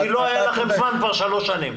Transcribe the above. כי לא היה לכם זמן כבר שלוש שנים.